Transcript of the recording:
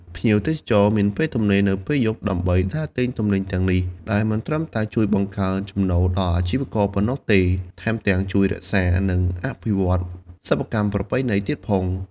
ភ្ញៀវទេសចរមានពេលទំនេរនៅពេលយប់ដើម្បីដើរទិញទំនិញទាំងនេះ ដែលមិនត្រឹមតែជួយបង្កើនចំណូលដល់អាជីវករប៉ុណ្ណោះទេ ថែមទាំងជួយរក្សា និងអភិវឌ្ឍសិប្បកម្មប្រពៃណីទៀតផង។